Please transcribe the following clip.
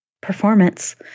performance